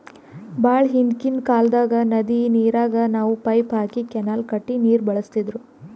ಭಾಳ್ ಹಿಂದ್ಕಿನ್ ಕಾಲ್ದಾಗ್ ನದಿ ನೀರಿಗ್ ನಾವ್ ಪೈಪ್ ಹಾಕಿ ಕೆನಾಲ್ ಕಟ್ಟಿ ನೀರ್ ಬಳಸ್ತಿದ್ರು